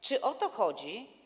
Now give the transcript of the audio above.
Czy o to chodzi?